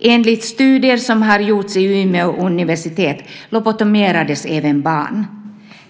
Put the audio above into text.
Enligt studier som har gjorts vid Umeå universitet lobotomerades även barn.